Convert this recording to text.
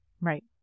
Right